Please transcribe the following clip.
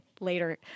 later